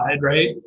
right